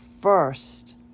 first